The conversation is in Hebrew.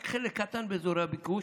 רק חלק קטן באזורי הביקוש,